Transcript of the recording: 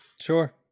Sure